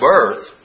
birth